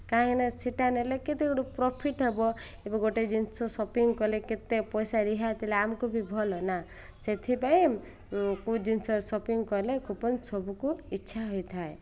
କାହିଁକିନା ସେଇଟା ନେଲେ କେତେ ଗୋଟେ ପ୍ରଫିଟ୍ ହେବ ଏବେ ଗୋଟେ ଜିନିଷ ସପିଙ୍ଗ୍ କଲେ କେତେ ପଇସା ରିହାତି ହେଲେ ଆମକୁ ବି ଭଲ ନା ସେଥିପାଇଁ କେଉଁ ଜିନିଷ ସପିଂ କଲେ କୁପନ୍ ସବୁକୁ ଇଚ୍ଛା ହୋଇଥାଏ